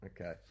Okay